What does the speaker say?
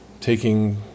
taking